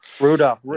Rudolph